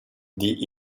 die